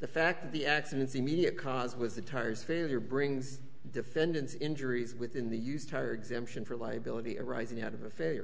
the fact that the accidents immediate cause was the tires failure brings defendant's injuries within the used tire exemption for liability arising out of a failure